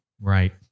right